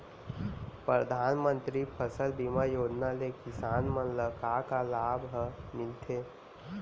परधानमंतरी फसल बीमा योजना ले किसान मन ला का का लाभ ह मिलथे?